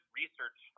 research